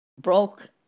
Broke